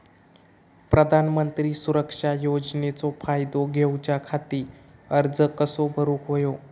प्रधानमंत्री सुरक्षा योजनेचो फायदो घेऊच्या खाती अर्ज कसो भरुक होयो?